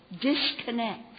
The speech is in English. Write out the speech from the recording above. disconnect